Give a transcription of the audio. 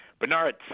Bernard